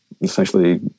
essentially